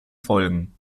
folgen